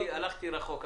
הלכתי רחוק.